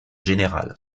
général